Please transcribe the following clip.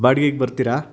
ಬಾಡಿಗೆಗೆ ಬರ್ತೀರಾ